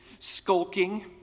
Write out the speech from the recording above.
skulking